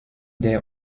der